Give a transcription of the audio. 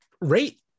rate